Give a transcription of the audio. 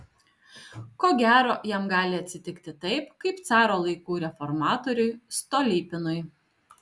ko gero jam gali atsitikti taip kaip caro laikų reformatoriui stolypinui